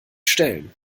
stellen